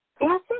Yes